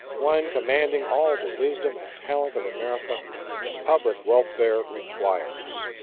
one commanding all the wisdom and talent of america that public welfare requires.